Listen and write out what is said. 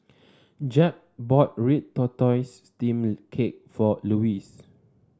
Jeb bought Red Tortoise Steamed Cake for Lewis